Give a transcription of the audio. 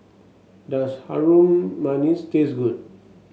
does Harum Manis taste good